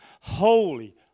holy